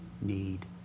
need